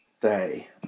day